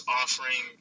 offering